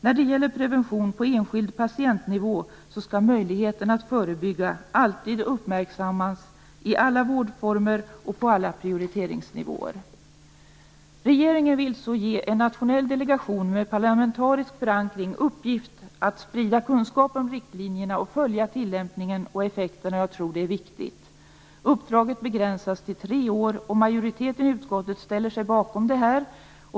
När det gäller prevention på enskild patientnivå skall möjligheten att förebygga alltid uppmärksammas i alla vårdformer och på alla prioriteringsnivåer. Regeringen vill ge en nationell delegation med parlamentarisk förankring i uppgift att sprida kunskap om riktlinjerna och följa tillämpningen och effekterna. Jag tror att det är viktigt. Uppdraget begränsas till tre år, och majoriteten i utskottet ställer sig bakom det.